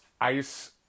ice